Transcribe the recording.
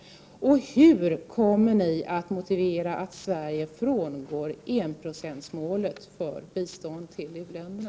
Hur kommer ni att motivera att Sverige frångår enprocentsmålet för biståndet till u-länderna?